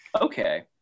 Okay